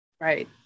Right